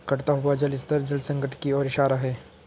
घटता हुआ जल स्तर जल संकट की ओर इशारा है